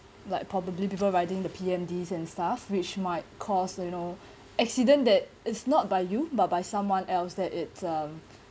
like probably people riding the P_M_Ds and stuff which might cause you know accident that it's not by you but by someone else that it's um